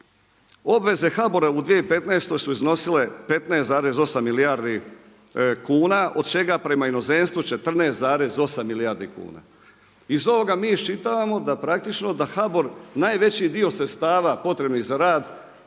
obveze HBOR-a u 2015. su iznosile 15,8 milijardi kuna od čega prema inozemstvu 14,8 milijardi kuna. Iz ovoga mi iščitavamo da praktično da HBOR najveći dio sredstava potrebnih za rad